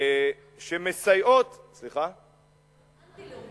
שמסייעות, פעולות אנטי-לאומיות.